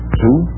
two